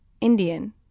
Indian